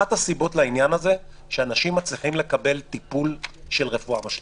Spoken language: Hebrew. אחת הסיבות לכך היא שאנשים מצליחים לקבל טיפול של רפואה משלימה.